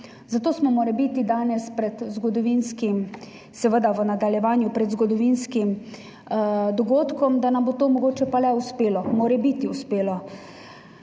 zato smo morebiti danes, seveda v nadaljevanju, pred zgodovinskim dogodkom, da nam bo to mogoče pa le uspelo, morebiti uspelo,